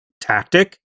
tactic